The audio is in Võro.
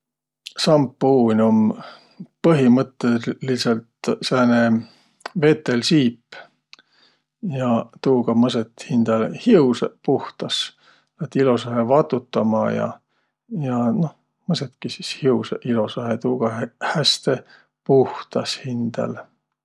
Sampuun um põhimõttõlidsõlt sääne vetel siip ja tuuga mõsõt hindä hiusõq puhtas. Ajat ilosahe vatutama ja. Ja noh mõsõtki sis tuuga ilosahe hä- häste puhtas hindäl.